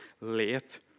late